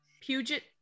Puget